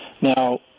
Now